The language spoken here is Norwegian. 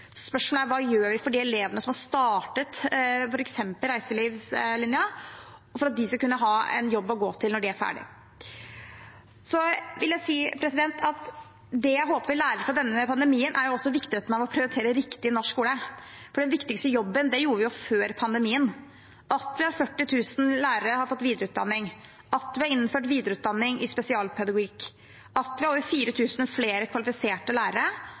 elevene som har startet på f.eks. reiselivslinjen, for at de skal kunne ha en jobb å gå til når de er ferdige? Så vil jeg si at det jeg håper vi lærer fra denne pandemien, er viktigheten av å prioritere riktig i norsk skole. For den viktigste jobben gjorde vi jo før pandemien: at 40 000 lærere har fått videreutdanning, at vi har innført videreutdanning i spesialpedagogikk, at vi har over 4 000 flere kvalifiserte lærere